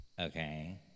okay